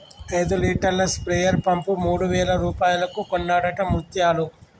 ఐదు లీటర్ల sprayer pump మూడు వేల రూపాయలకు కొన్నడట ముత్యాలు